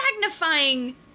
magnifying